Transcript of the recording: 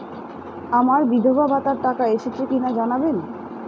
আমার বিধবাভাতার টাকা এসেছে কিনা জানাবেন?